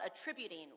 attributing